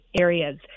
areas